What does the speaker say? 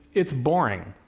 it's boring.